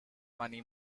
money